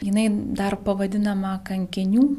jinai dar pavadinama kankinių